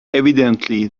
evidently